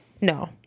No